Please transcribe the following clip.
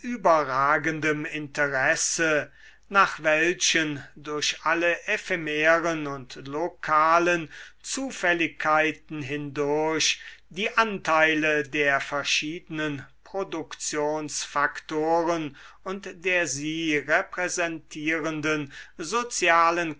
überragendem interesse nach welchen durch alle ephemeren und lokalen zufälligkeiten hindurch die anteile der verschiedenen produktionsfaktoren und der sie repräsentierenden sozialen